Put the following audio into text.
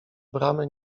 bramy